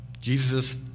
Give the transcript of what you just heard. Jesus